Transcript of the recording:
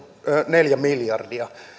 neljä miljardia